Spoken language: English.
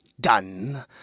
done